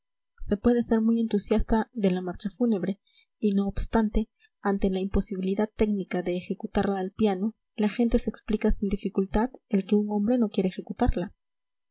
se puede ser muy entusiasta de la marcha fúnebre y no obstante ante la imposibilidad técnica de ejecutarla al piano la gente se explica sin dificultad el que un hombre no quiera ejecutarla